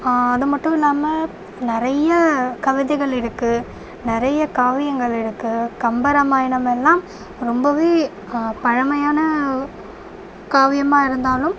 அது மட்டும் இல்லாமல் நிறைய கவிதைகள் இருக்குது நிறைய காவியங்கள் இருக்குது கம்பராமாயணம் எல்லாம் ரொம்பவே பழமையான காவியமாக இருந்தாலும்